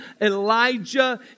Elijah